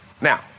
now